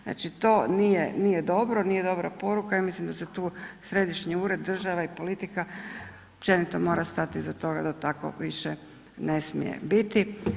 Znači to nije dobro, nije dobra poruka ja mislim da se tu središnji ured, država i politika općenito mora stati iza toga da tako više ne smije biti.